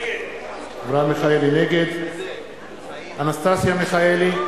נגד אנסטסיה מיכאלי,